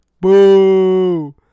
boo